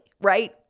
right